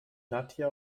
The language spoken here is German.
nadja